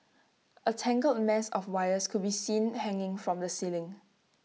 A tangled mess of wires could be seen hanging from the ceiling